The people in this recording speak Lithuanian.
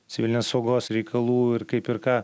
civilinės saugos reikalų ir kaip ir ką